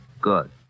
good